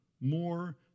More